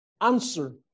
answer